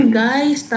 guys